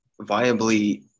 viably